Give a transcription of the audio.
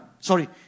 Sorry